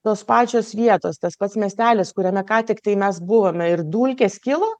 tos pačios vietos tas pats miestelis kuriame ką tiktai mes buvome ir dulkės kilo